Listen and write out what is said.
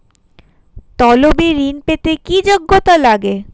তলবি ঋন পেতে কি যোগ্যতা লাগে?